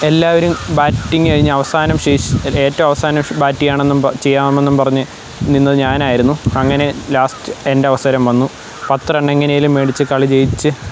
എല്ലാവരും ബാറ്റിങ്ങ് കഴിഞ്ഞ് അവസാനം ശേഷ് എ ഏറ്റവും അവസാനം ബാറ്റ് ചെയ്യണം എന്നും പ ചെയ്യാമെന്നും പറഞ്ഞ് നിന്നത് ഞാനായിരുന്നു അങ്ങനെ ലാസ്റ്റ് എൻ്റെ അവസരം വന്നു പത്ത് റൺ എങ്ങനെ എങ്കിലും മേടിച്ച് കളി ജയിച്ച്